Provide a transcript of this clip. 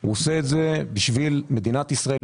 - הוא עושה את זה בשביל מדינת ישראל,